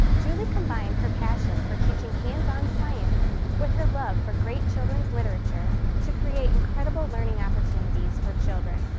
julie combined her passion for teaching hands-on science with her love for great children's literature to create incredible learning opportunities for children.